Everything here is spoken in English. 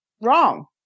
wrong